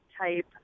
type